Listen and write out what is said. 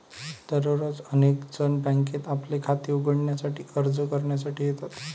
दररोज अनेक जण बँकेत आपले खाते उघडण्यासाठी अर्ज करण्यासाठी येतात